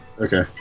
Okay